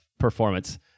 performance